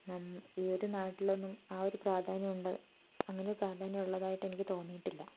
ഏത് നാട്ടിലാണ് ആ ഒരു പ്രാധാന്യം ഉള്ളത് അങ്ങനൊരു പ്രാധാന്യമുള്ളതായിട്ട് എനിക്ക് തോന്നിയിട്ടില്ല